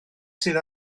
sydd